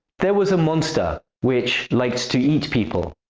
there was a monster which liked to eat people.